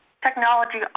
Technology